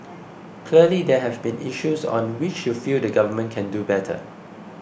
clearly there have been issues on which you feel the government can do better